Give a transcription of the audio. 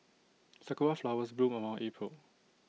Sakura Flowers bloom around April